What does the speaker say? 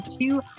two